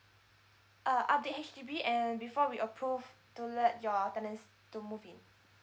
uh update H_D_B and before we approve to let your tenants to move in